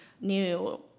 new